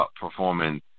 performing